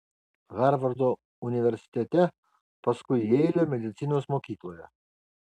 harvardo universitete paskui jeilio medicinos mokykloje